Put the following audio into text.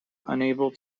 unable